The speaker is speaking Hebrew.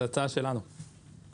זו הצעה שלנו מראש.